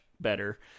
better